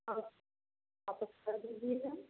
और वापस कर दूँगी मैम